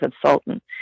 consultant